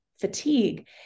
fatigue